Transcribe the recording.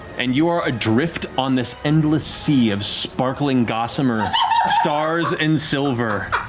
and you are adrift on this endless sea of sparkling gossamer matt stars and silver.